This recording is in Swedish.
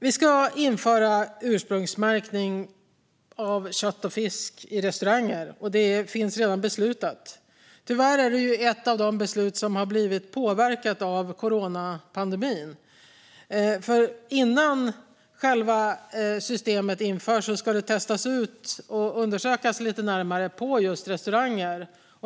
Vi ska införa ursprungsmärkning av kött och fisk på restauranger; detta har redan beslutats. Tyvärr är det ett av de beslut som påverkats av coronapandemin. Innan systemet införs ska det nämligen testas och undersökas lite närmare just på restauranger.